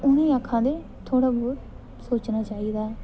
उनें ई आक्खा दे थोह्ड़ा बहुत सोचना चाहिदा ऐ